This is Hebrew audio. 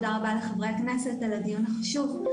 תודה רבה לחברי הכנסת על הדיון החשוב.